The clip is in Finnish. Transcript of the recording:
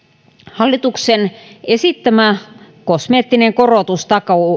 hallituksen esittämä kosmeettinen korotus